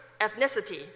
ethnicity